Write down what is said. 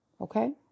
okay